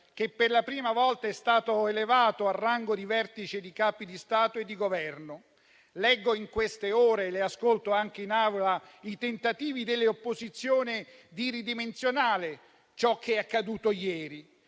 che per la prima volta è stato elevato al rango di vertice di Capi di Stato e di Governo. Leggo in queste ore e ascolto anche in Aula i tentativi delle opposizioni di ridimensionare ciò che è accaduto ieri;